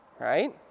Right